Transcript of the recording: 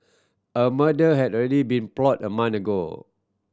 a mother had already been plot a month ago